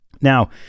now